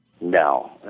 No